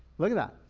look at that.